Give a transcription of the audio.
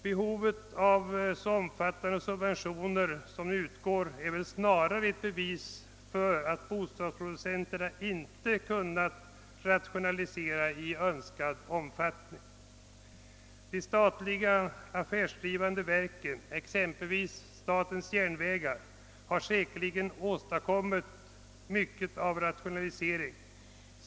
Behovet av så omfattande subventioner som de nu utgående är väl snarare ett bevis för att bostadsproducenterna inte kunnat rationalisera i önskad omfattning. De statliga affärsdrivande verken, exempelvis statens järnvägar, har säkerligen åstadkommit mycket av rationalisering.